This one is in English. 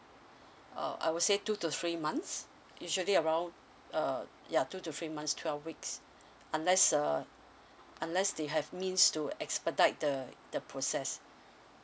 uh I would say two to three months usually around uh ya two to three months twelve weeks unless uh unless they have means to expedite the the process